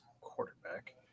quarterback